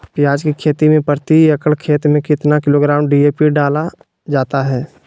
प्याज की खेती में प्रति एकड़ खेत में कितना किलोग्राम डी.ए.पी डाला जाता है?